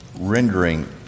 rendering